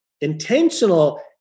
Intentional